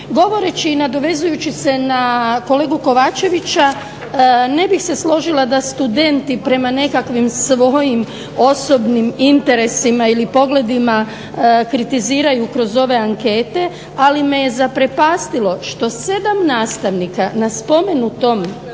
Govoreći i nadovezujući se na kolegu KOvačevića ne bih se složila da studenti prema nekakvim svojim osobnim interesima ili pogledima kritiziraju kroz ove ankete, ali me je zaprepastilo što 7 nastavnika na spomenutoj